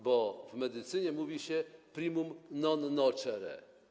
Bo w medycynie mówi się: primum non nocere.